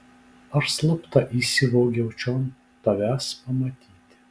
aš slapta įsivogiau čion tavęs pamatyti